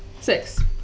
Six